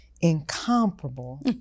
incomparable